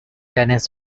tennis